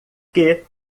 que